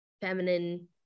feminine